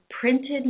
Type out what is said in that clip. printed